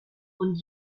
und